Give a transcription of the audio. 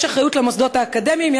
יש אחריות למוסדות האקדמיים,